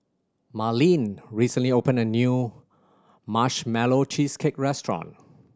Merlene recently opened a new Marshmallow Cheesecake restaurant